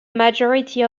majority